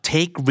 Take